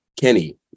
Kenny